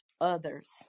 others